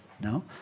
No